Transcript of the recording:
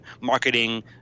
marketing